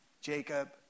Jacob